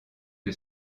que